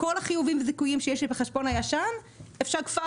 וכל החיובים והזיכויים שיש לי בחשבון הישן יעברו.